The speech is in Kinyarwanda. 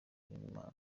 n’imana